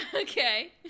Okay